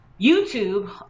YouTube